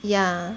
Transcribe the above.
ya